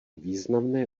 významné